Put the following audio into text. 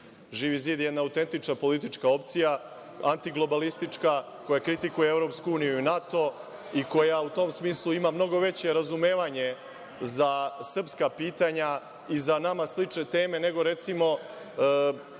nje. Živi zid je jedna autentična politička opcija, antiglobalistička koja kritikuje EU i NATO i koja u tom smislu ima mnogo veće razumevanje za srpska pitanja i za nama slične teme, nego recimo